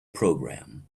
program